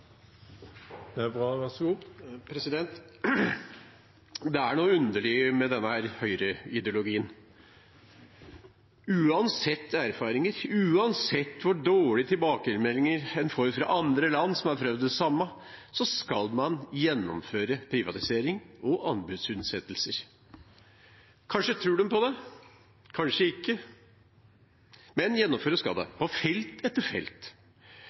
noe underlig med denne høyreideologien. Uansett erfaringer, uansett hvor dårlige tilbakemeldinger en får fra andre land som har prøvd det samme, skal en gjennomføre privatisering og anbudsutsettelser. Kanskje tror de på det, kanskje ikke, men gjennomføres skal det – på felt etter felt.